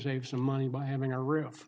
save some money by having a roof